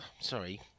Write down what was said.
sorry